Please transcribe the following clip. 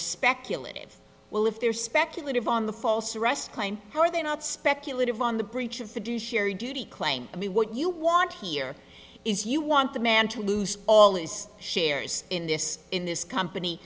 speculative well if there speculative on the false arrest claim are they not speculative on the breach of the do share duty claim i mean what you want here is you want the man to lose all is shares in this in this company